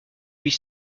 huit